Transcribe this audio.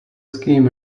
scheme